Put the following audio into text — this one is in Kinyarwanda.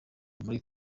muri